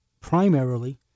primarily